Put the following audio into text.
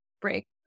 break